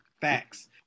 facts